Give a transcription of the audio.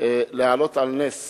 להעלות על נס